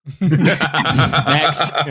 Next